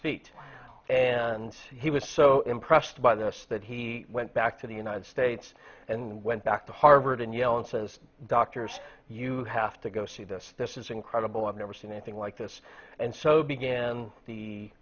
feet and he was so impressed by this that he went back to the united states and went back to harvard and yale and says doctors you have to go see this this is incredible i've never seen anything like this and so began the